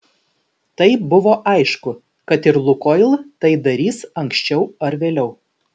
tai buvo aišku kad ir lukoil tai darys anksčiau ar vėliau